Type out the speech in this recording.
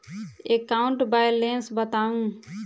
account balance बताउ